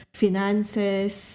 finances